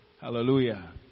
Hallelujah